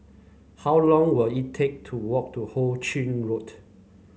how long will it take to walk to Ho Ching Road